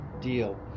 deal